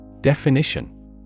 Definition